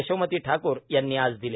यशोमती ठाकूर यांनी आज दिले